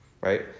right